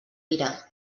mira